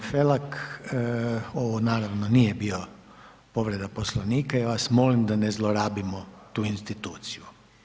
Kolega Felak, ovo naravno nije bio povreda Poslovnika i vas molim da ne zlorabimo tu instituciju.